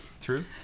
true